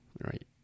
Right